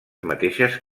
mateixes